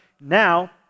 Now